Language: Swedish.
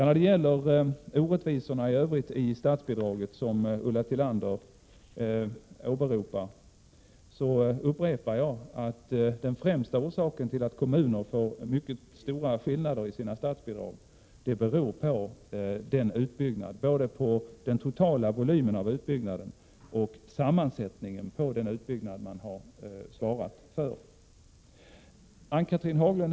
När det gäller de orättvisor i övrigt i statsbidraget som Ulla Tillander åberopar upprepar jag att den främsta orsaken till de mycket stora skillnader som förekommer i statsbidragen till kommunerna är dels den totala volymen av, dels sammansättningen av den utbyggnad som har skett. Ann-Cathrine Haglund!